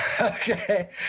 okay